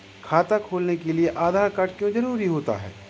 खाता खोलने के लिए आधार कार्ड क्यो जरूरी होता है?